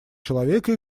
человека